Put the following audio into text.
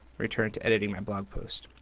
return to editing my blog post.